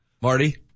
Marty